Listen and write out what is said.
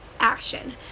Action